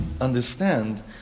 understand